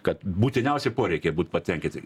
kad būtiniausi poreikiai būt patenkyti